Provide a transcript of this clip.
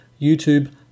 YouTube